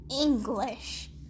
English